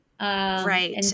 Right